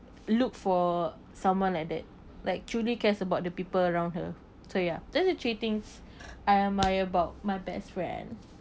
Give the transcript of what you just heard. look for someone like that like truly cares about the people around her so ya that the three things I admire about my best friend